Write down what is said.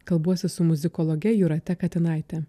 kalbuosi su muzikologe jūrate katinaite